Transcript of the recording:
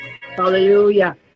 Hallelujah